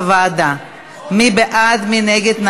מי בעד ומי נגד,